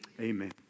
Amen